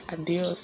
adios